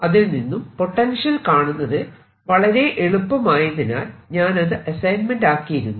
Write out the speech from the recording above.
അതിൽ നിന്നും പൊട്ടൻഷ്യൽ കാണുന്നത് വളരെ എളുപ്പമായതിനാൽ ഞാൻ അത് അസൈൻമെന്റ് ആക്കിയിരുന്നു